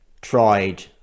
tried